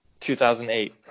2008